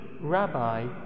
Rabbi